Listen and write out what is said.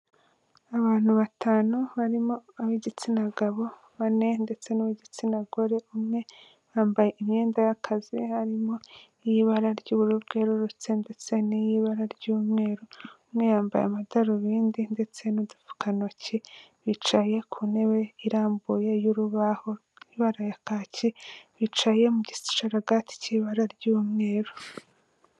Abantu batanu barimo ab'igitsina gabo bane ndetse n'uw'igitsina gore, umwe bambaye imyenda y'akazi, harimo iy'ibara ry'ubururu bwerurutse ndetse n'iy'ibara ry'umweru. Umwe yambaye amadarubindi ndetse n'udupfukantoki, bicaye ku ntebe irambuye y'urubaho iri mu ibara ya kake bicaye, mu gicararagati cy'ibara ry'umweru.